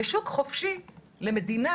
בשוק חופשי למדינה,